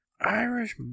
Irish